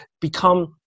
become